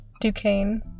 Duquesne